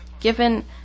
given